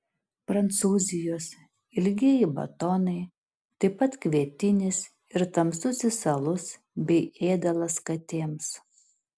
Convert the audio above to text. prancūzijos ilgieji batonai taip pat kvietinis ir tamsusis alus bei ėdalas katėms